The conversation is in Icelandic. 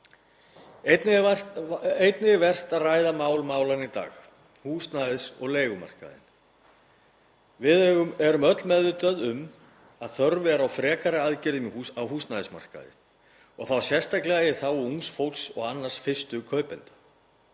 einnig vert að ræða mál málanna í dag, húsnæðis og leigumarkaðinn. Við erum öll meðvituð um að þörf er á frekari aðgerðum á húsnæðismarkaði og þá sérstaklega í þágu ungs fólks og annarra fyrstu kaupenda.